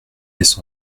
laisse